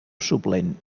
suplent